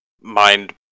mind